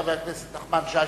חבר הכנסת נחמן שי,